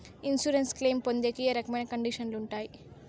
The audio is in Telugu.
ఇన్సూరెన్సు క్లెయిమ్ పొందేకి ఏ రకమైన కండిషన్లు ఉంటాయి?